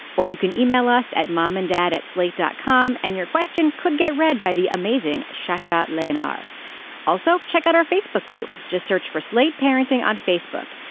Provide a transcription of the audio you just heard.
or you can email us at mom and dad at slate dot com. and your question could get read by the amazing shashank leon are also. check out our facebook group. just search for slate parenting on facebook.